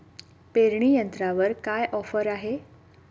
पेरणी यंत्रावर काय ऑफर आहे?